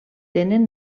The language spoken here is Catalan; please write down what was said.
tenen